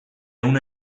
ehun